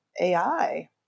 AI